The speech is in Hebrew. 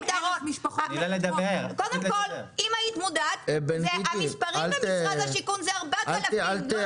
קודם כל אם היית מודעת המספרים במשרד השיכון זה 4,000 זה לא